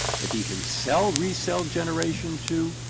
but he can sell, resell generation two,